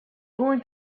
going